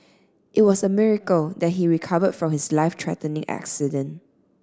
it was a miracle that he recovered from his life threatening accident